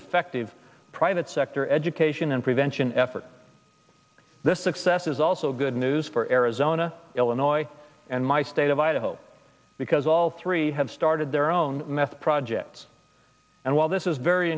effective private sector education and prevention efforts the success is also good news for arizona illinois and my state of idaho because all three have started their own meth projects and while this is very